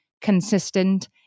consistent